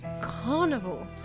Carnival